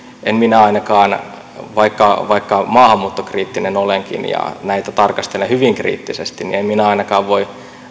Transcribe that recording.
en minä ainakaan vaikka vaikka maahanmuuttokriittinen olenkin ja näitä tarkastelen hyvin kriittisesti voi